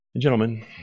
Gentlemen